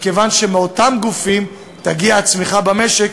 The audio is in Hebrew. מכיוון שמאותם גופים תגיע הצמיחה במשק,